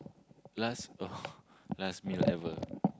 last oh last meal ever